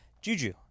Juju